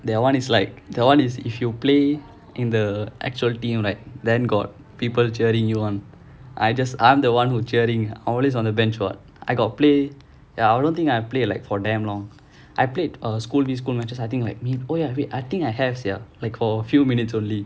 that [one] is like that [one] is if you play in the actual team right then got people cheering you on I just I'm the [one] who cheering I'm always on the bench [what] I got play ya I don't think I played like for damn long I played uh school these school matches I think like oh ya wait I think I have sia like for a few minutes only